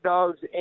Dogs